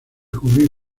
cubrir